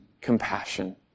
compassion